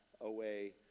away